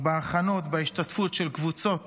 בהכנות ובהשתתפות של קבוצות